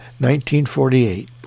1948